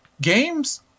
games